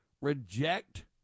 reject